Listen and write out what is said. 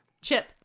Chip